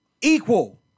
Equal